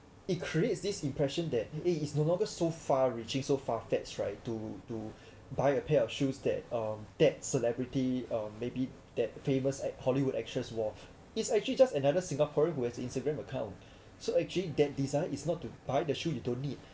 it creates this impression that eh it is no longer so far reaching so far fetched right to to buy a pair of shoes that um that celebrity um maybe that famous hollywood actress wore it's actually just another singaporean who has Instagram account so actually that desire is not to buy the shoes you don't need